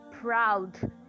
proud